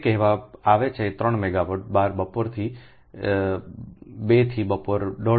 તે કહેવામાં આવે છે 3 મેગાવાટ 12 બપોરે 2 થી બપોરે 1